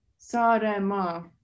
Sarema